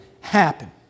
happen